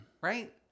Right